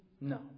No